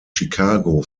chicago